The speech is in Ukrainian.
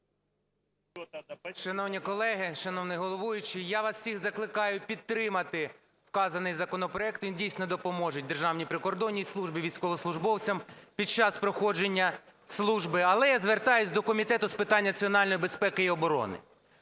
Шановні колеги, шановний головуючий! Я вас всіх закликаю підтримати вказаний законопроект. Він дійсно допоможе Державній прикордонній службі, військовослужбовцям під час проходження служби. Але я звертаюсь до Комітету з питань національної безпеки і оборони.